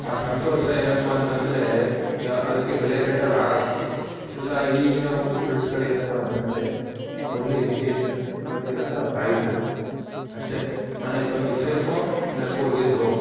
ಆ ಸಂತೋಷ ಏನಪ್ಪಾ ಅಂತ ಅಂದ್ರೆ ಅದಕ್ಕೆ ಬೆಲೆ ಕಟ್ಟಲಾಗೋಲ್ಲ ಎಲ್ಲ ಈಗಿನ ಒಂದು ಫ್ರೆಂಡ್ಸ್ಗಳೇನಪ್ಪ ಅಂತ ಅಂದ್ರೆ ಓನ್ಲಿ ಎಜುಕೇಷನ್ ಮತ್ತು ಇಲ್ಲಾಂದ್ರೆ ಅವ್ರ ತಾಯಿ ತಂದೆ ಅಷ್ಟೇ ಮನೆಗೆ ಬಂದು ಸೇರಿಕೋ ಇಲ್ಲ ಸ್ಕೂಲಿಗೆದ್ದು ಹೋಗು